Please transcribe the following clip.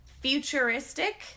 futuristic